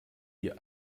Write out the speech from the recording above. ihr